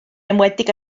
enwedig